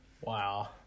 Wow